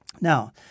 Now